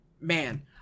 man